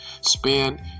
spend